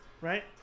right